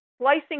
slicing